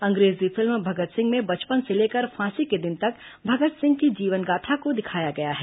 अंग्रेजी फिल्म भगत सिंह में बचपन से लेकर फांसी के दिन तक भगत सिंह की जीवनगाथा को दिखाया गया है